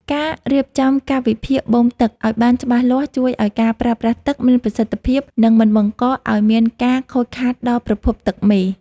ការរៀបចំកាលវិភាគបូមទឹកឱ្យបានច្បាស់លាស់ជួយឱ្យការប្រើប្រាស់ទឹកមានប្រសិទ្ធភាព និងមិនបង្កឱ្យមានការខូចខាតដល់ប្រភពទឹកមេ។